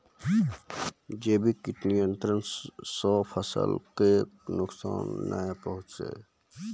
जैविक कीट नियंत्रण सॅ फसल कॅ कोय नुकसान नाय पहुँचै छै